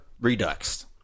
redux